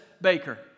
Baker